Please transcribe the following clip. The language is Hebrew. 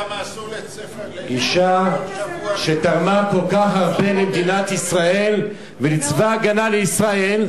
אשה שתרמה כל כך הרבה למדינת ישראל ולצבא-הגנה לישראל,